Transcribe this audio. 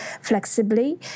flexibly